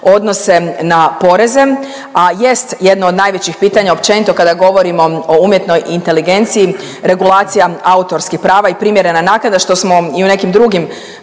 odnose na poreze a jest jedno od najvećih pitanja općenito kada govorimo o umjetnoj inteligenciji regulacija autorskih prava i primjerena naknada što smo i u nekim drugim